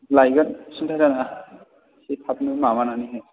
लायगोन सिनथा जानाङा एसे थाबनो माबानानै हाय